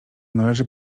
należy